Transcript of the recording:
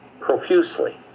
profusely